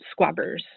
squabbers